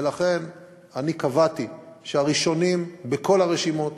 ולכן אני קבעתי שהראשונים בכל הרשימות,